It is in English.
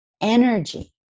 energy